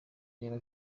reba